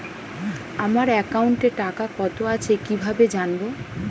আমার একাউন্টে টাকা কত আছে কি ভাবে জানবো?